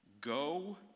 Go